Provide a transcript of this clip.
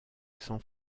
san